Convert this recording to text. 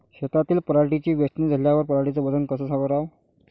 शेतातील पराटीची वेचनी झाल्यावर पराटीचं वजन कस कराव?